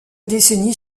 décennie